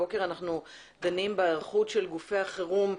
הבוקר אנחנו דנים בהיערכות גופי החירום,